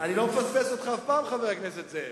אני לא מפספס אותך אף פעם, חבר הכנסת זאב.